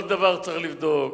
כל דבר צריך לבדוק.